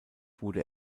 wurde